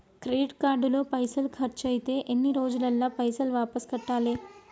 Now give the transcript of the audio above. Credit card లో పైసల్ ఖర్చయితే ఎన్ని రోజులల్ల పైసల్ వాపస్ కట్టాలే?